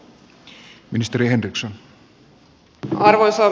arvoisa puhemies